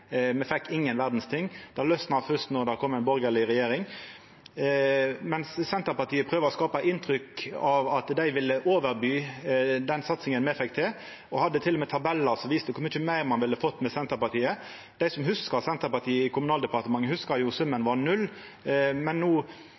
Me fekk ingen verdas ting. Det losna først då det kom ei borgarleg regjering. Senterpartiet prøver å skapa eit inntrykk av at dei ville overby den satsinga me fekk til, og hadde til og med tabellar som viste kor mykje meir ein ville fått med Senterpartiet. Dei som hugsar Senterpartiet i Kommunaldepartementet, hugsar at summen var null. Men no